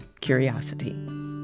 curiosity